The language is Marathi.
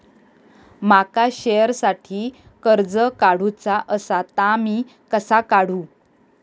माका शेअरसाठी कर्ज काढूचा असा ता मी कसा काढू?